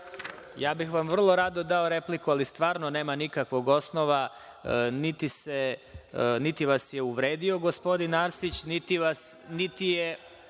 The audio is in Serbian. bih vam vrlo rado dao repliku, ali stvarno nema nikakvog osnova. Niti vas je uvredio gospodin Arsić, niti je